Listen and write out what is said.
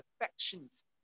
affections